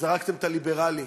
שזרקתם את הליברלים,